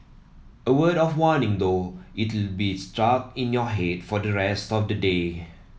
a word of warning though it'll be stuck in your head for the rest of the day